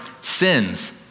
sins